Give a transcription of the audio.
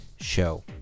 Show